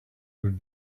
would